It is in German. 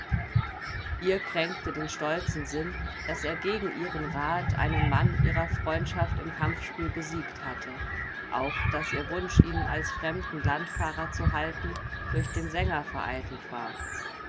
ihr kränkte den stolzen sinn daß er gegen ihren rat einen mann ihrer freundschaft im kampfspiel besiegt hatte auch daß ihr wunsch ihn als fremden landfahrer zu halten durch den sänger vereitelt war